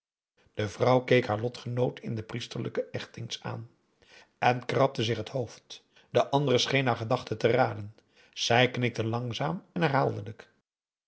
de vrouw keek haar lotgenoot in den priesterlijken echt eens aan en krabde zich het hoofd de andere scheen haar gedachten te raden zij knikte langzaam en herhaaldelijk